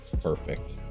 perfect